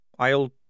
I'll